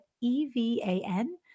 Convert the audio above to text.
E-V-A-N